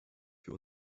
für